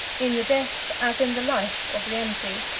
in the death, as in the life, of rienzi,